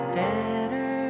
better